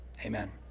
Amen